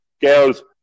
Girls